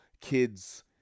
kids